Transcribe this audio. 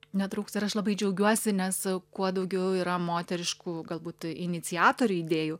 netrūksta ir aš labai džiaugiuosi nes kuo daugiau yra moteriškų galbūt iniciatorių idėjų